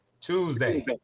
Tuesday